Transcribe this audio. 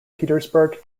petersburg